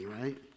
right